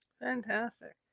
Fantastic